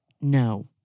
No